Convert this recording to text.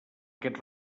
aquest